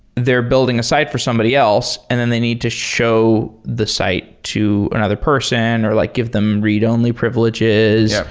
they're building a site for somebody else and and they need to show the site to another person or like give them read-only privilege. that's